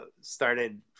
started